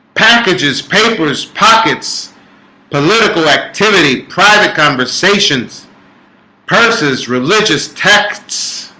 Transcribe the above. packages papers pockets political activity private conversations purses religious texts